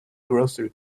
grocery